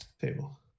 table